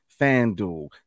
FanDuel